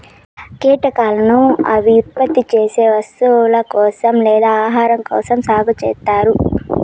కీటకాలను అవి ఉత్పత్తి చేసే వస్తువుల కోసం లేదా ఆహారం కోసం సాగు చేత్తారు